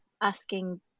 asking